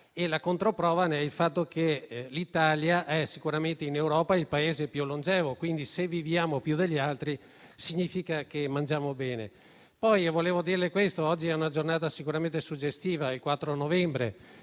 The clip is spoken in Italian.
e la controprova ne è il fatto che l'Italia è sicuramente in Europa il Paese più longevo. Se viviamo più degli altri, significa che mangiamo bene. Oggi è una giornata sicuramente suggestiva: il 4 novembre